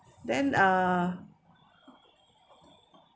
then uh